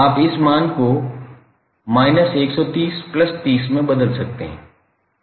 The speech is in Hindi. आप इस मान को 130 30 में बदल सकते हैं